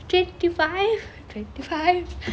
twenty five twenty five